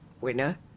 winner